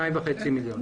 2.5 מיליון.